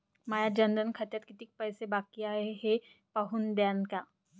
माया जनधन खात्यात कितीक पैसे बाकी हाय हे पाहून द्यान का?